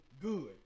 Good